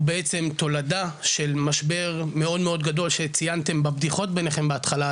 הוא בעצם תולדה של משבר מאוד מאוד גדול שציינתם בבדיחות בינכם בהתחלה,